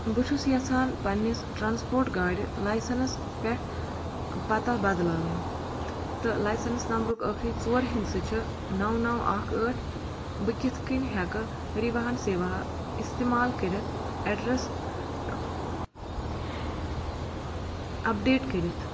بہٕ چھُس یژھان پنِنس ٹرٛانسپورٹ گاڑٕ لایسنٕس پٮ۪ٹھ پتہ بدلاوٕنۍ تہٕ لایسنٕس نمبرُک ٲخٕری ژور ہنٛدسہٕ چھُ نَو نَو اکھ ٲٹھ بہٕ کِتھ کٔنۍ ہیٚکہٕ پریٖواہن سیوا استعمال کٔرتھ ایٚڈریس ٲں اپڈیٹ کٔرتھ